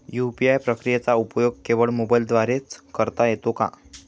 UPI प्रक्रियेचा उपयोग केवळ मोबाईलद्वारे च करता येतो का?